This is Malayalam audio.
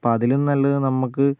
അപ്പൊൾ അതിലും നല്ലതു നമുക്ക്